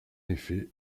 effet